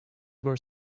were